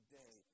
day